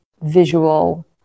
visual